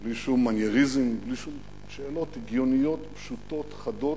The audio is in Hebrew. בלי שום מנייריזם, שאלות הגיוניות, פשוטות, חדות,